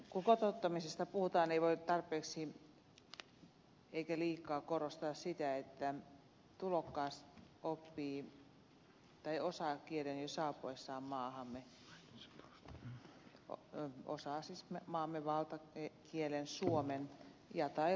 kun kotouttamisesta puhutaan ei voi tarpeeksi eikä liikaa korostaa sitä että tulokas oppii tai osaa kielen jo saapuessaan maahamme osaa siis maamme valtakielen suomen tai ruotsin kielen